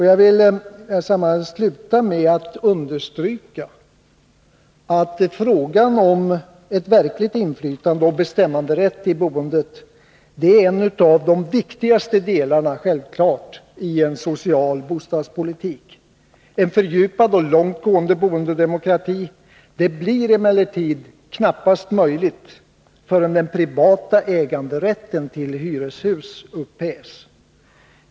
Jag vill avslutningsvis understryka att frågan om verkligt inflytande och bestämmanderätt i boendet självfallet är en av de viktigaste delarna i en social bostadspolitik. En fördjupad och långt gående boendedemokrati blir emellertid knappast möjlig förrän den privata äganderätten till hyreshus upphävs.